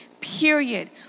period